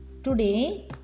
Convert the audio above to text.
Today